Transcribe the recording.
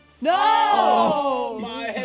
No